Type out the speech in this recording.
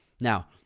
now